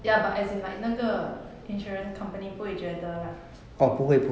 ya but as in like 那个 insurance company 不会觉得